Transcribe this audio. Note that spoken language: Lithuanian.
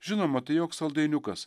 žinoma tai joks saldainiukas